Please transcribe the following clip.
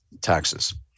taxes